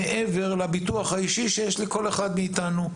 מעבר לביטוח האישי שיש לכל אחד מאיתנו,